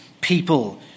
people